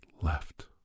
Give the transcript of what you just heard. left